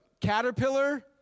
caterpillar